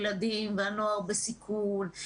נוער בסיכון,